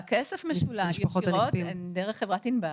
הכסף משולם ישירות דרך חברת ענבל.